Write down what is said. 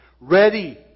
ready